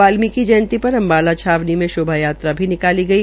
वाल्मीकि जयंती पर अम्बाला छावनी में शोभा यात्रा भी निकाली गई